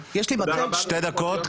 חגית אני נותן לך שתי דקות.